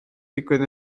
digwydd